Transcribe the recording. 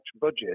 budget